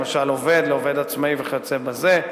למשל עובד לעובד עצמאי וכיוצא בזה,